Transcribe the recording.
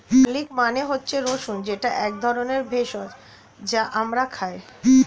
garlic মানে হচ্ছে রসুন যেটা এক ধরনের ভেষজ যা আমরা খাই